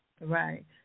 Right